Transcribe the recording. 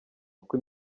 uko